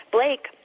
Blake